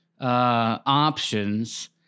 options